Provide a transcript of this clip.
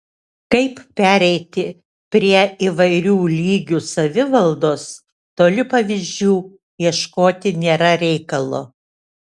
kaip pereiti prie įvairių lygių savivaldos toli pavyzdžių ieškoti nėra reikalo